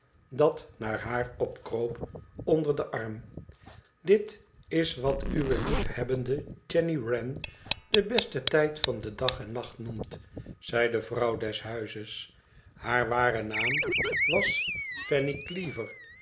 dat naar haar opkroop onder den arm idit is wat uwe liefhebbende jenny wren den besten tijd van den dag en nacht noemt zei de vrouw des huizes haar ware naam was fanny cleaver